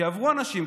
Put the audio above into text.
שיעברו אנשים.